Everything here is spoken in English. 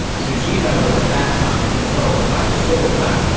tsushima was at that time controlled by the so clan,